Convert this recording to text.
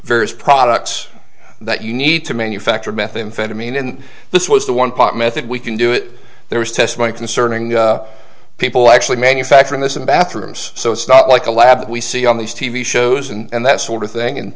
various products that you need to manufacture methamphetamine and this was the one part method we can do it there was testimony concerning people actually manufacturing this in bathrooms so it's not like a lab that we see on these t v shows and that sort of thing and